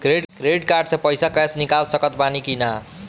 Credit card से पईसा cash निकाल सकत बानी की ना?